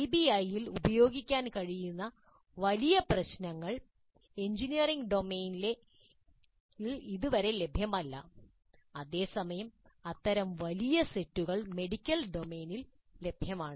പിബിഐയിൽ ഉപയോഗിക്കാൻ കഴിയുന്ന വലിയ പ്രശ്നങ്ങൾ എഞ്ചിനീയറിംഗ് ഡൊമെയ്നിൽ ഇതുവരെ ലഭ്യമല്ല അതേസമയം അത്തരം വലിയ സെറ്റുകൾ മെഡിക്കൽ ഡൊമെയ്നിൽ ലഭ്യമാണ്